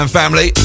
family